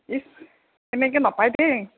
ইছ এনেকৈ নাপাই দেই